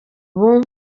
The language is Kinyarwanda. ubu